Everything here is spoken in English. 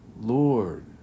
Lord